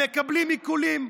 מקבלים עיקולים,